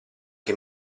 che